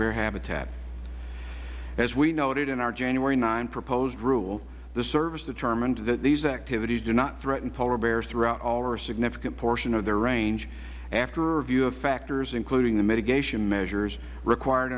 bear habitat as we noted in our january nine proposed rule the service determined that these activities do not threaten polar bears throughout all or a significant portion of their range after review of factors including the mitigation measures required